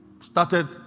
Started